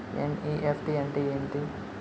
NEFT అంటే ఎంటి?